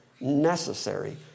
necessary